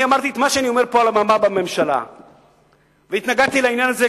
אני אמרתי את מה שאני אומר פה על הבמה והתנגדתי לעניין הזה.